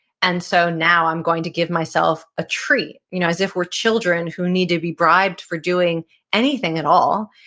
and so now i'm going to give myself a treat you know as if we're children who need to be bribed for doing anything at all.